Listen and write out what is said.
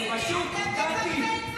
זה פשוט, קטי,